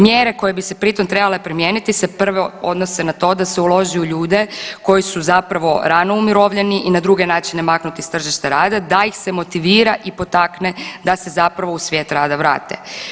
Mjere koje bi se pri tom trebale primijeniti se prvo odnose na to da se uloži u ljude koji su zapravo rano umirovljeni i na druge načine maknuti s tržišta rada da ih se motivira i potakne da se zapravo u svijet rada vrate.